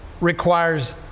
requires